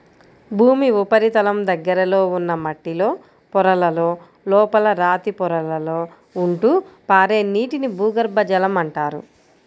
భూమి ఉపరితలం దగ్గరలో ఉన్న మట్టిలో పొరలలో, లోపల రాతి పొరలలో ఉంటూ పారే నీటిని భూగర్భ జలం అంటారు